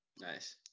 Nice